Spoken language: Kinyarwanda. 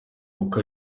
kuko